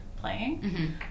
playing